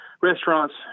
restaurants